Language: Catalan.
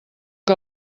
que